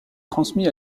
transmis